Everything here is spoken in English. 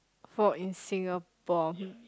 for in Singapore hmm